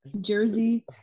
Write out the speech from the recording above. jersey